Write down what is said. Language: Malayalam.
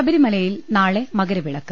ശബരിമലയിൽ നാളെ മകരവിളക്ക്